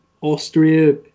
Austria